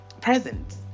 present